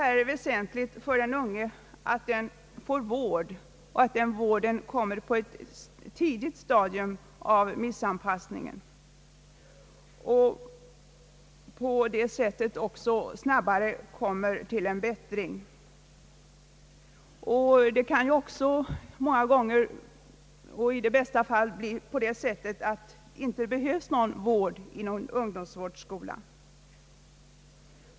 Det är väsentligt för ungdomen att få vård och att vården inträder på ett tidigt stadium av missanpassningen så att ungdomen snabbare når en bättring. Många gånger kanske det inte behövs någon vård på ungdomsvårdsskola.